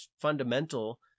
fundamental